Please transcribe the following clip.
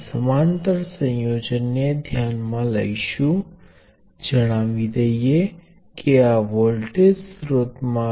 તેથી કેપેસિટીન્સ અનંત છે તે પછી જે બે નોડ કેપેસિટીન્સ સાથે જોડાયેલ છે તે સમાન મૂલ્ય ધરાવવાની મર્યાદા હશે